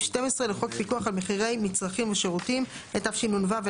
12 לחוק פיקוח על מחירי מצרכים ושירותים התשנ"ו-1996.